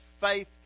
faith